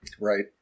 Right